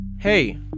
Hey